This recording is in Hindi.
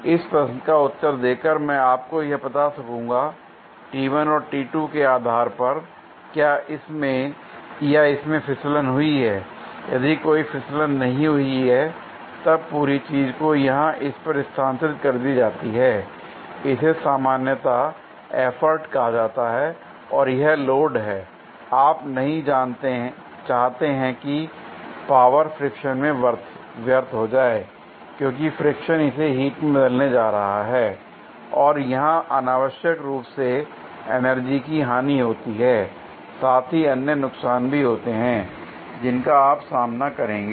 इस प्रश्न का उत्तर देकर मैं आपको यह बता सकूंगा और के आधार पर क्या इसमें या इसमें फिसलन हुई है l यदि कोई फिसलन नहीं हुई है तब पूरी चीज को यहां इस पर स्थानांतरित कर दी जाती है l इसे सामान्यता एफर्ट कहा जाता है और यह लोड हैं l आप नहीं चाहते हैं कि पावर फ्रिक्शन में व्यर्थ हो जाए क्योंकि फ्रिक्शन इसे हीट में बदलने जा रहा है और यहां अनावश्यक रूप से एनर्जी की हानि होती है साथ ही अन्य नुकसान भी होते हैं जिनका आप सामना करेंगे